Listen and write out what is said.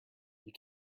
you